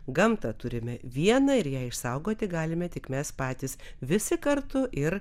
gamtą turime vieną ir ją išsaugoti galime tik mes patys visi kartu ir